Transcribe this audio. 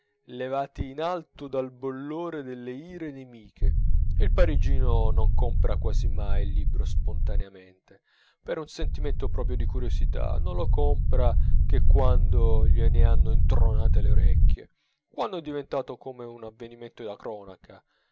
levati in alto dal bollore delle ire nemiche il parigino non compra quasi mai il libro spontaneamente per un sentimento proprio di curiosità non lo compra che quando glie ne hanno intronate le orecchie quando è diventato come un avvenimento da cronaca